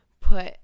put